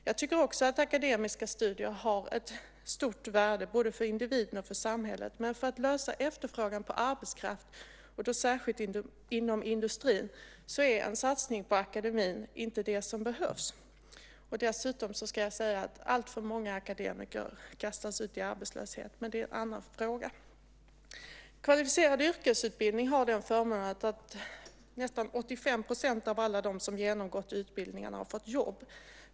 Jag tycker också att akademiska studier har ett stort värde, både för individen och för samhället, men för att lösa efterfrågan på arbetskraft, särskilt inom industrin, är en satsning på akademin inte det som behövs. Dessutom ska jag säga att alltför många akademiker kastas ut i arbetslöshet, men det är en annan fråga. Kvalificerad yrkesutbildning har den förmånen att nästan 85 % av dem som genomgått utbildningarna har fått jobb.